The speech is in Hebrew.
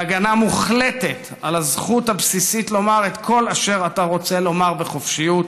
להגנה מוחלטת על הזכות הבסיסית לומר את כל אשר אתה רוצה לומר בחופשיות,